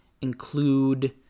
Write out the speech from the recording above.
include